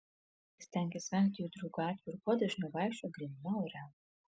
stenkis vengti judrių gatvių ir kuo dažniau vaikščiok gryname ore